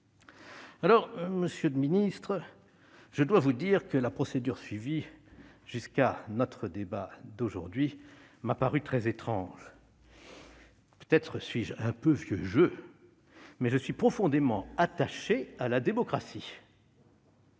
Monsieur le garde des sceaux, la procédure suivie jusqu'à notre débat d'aujourd'hui m'a paru très étrange. Peut-être suis-je un peu vieux jeu, mais je suis profondément attaché à la démocratie.